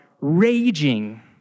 raging